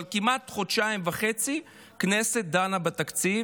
חודשיים וחצי הכנסת דנה בתקציב